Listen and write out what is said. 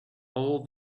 all